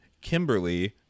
Kimberly